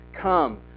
Come